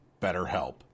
BetterHelp